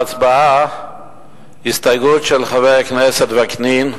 בהצבעה על ההסתייגויות תהיה לנו הסתייגות של חבר הכנסת וקנין: